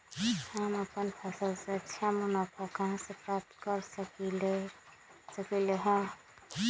हम अपन फसल से अच्छा मुनाफा कहाँ से प्राप्त कर सकलियै ह?